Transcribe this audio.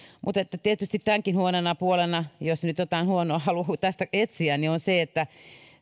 mutta tietysti tämänkin huonona puolena jos nyt jotain huonoa haluaa tästä etsiä on se että